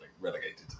relegated